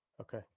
Okay